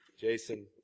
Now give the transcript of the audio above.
Jason